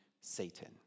Satan